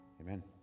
Amen